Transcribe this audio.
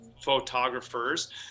photographers